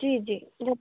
जी जी धन्यवाद